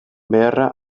beharra